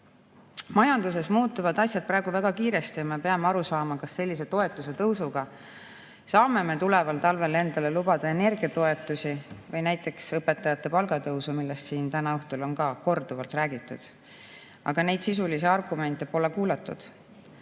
kuludega. Majanduses muutuvad asjad praegu väga kiiresti ja me peame aru saama, kas sellise toetuse tõusuga saame me tuleval talvel endale lubada energiatoetusi või näiteks õpetajate palgatõusu, millest siin täna õhtul on ka korduvalt räägitud. Aga neid sisulisi argumente pole kuulatud.